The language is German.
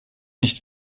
nicht